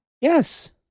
Yes